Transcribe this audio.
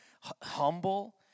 humble